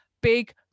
big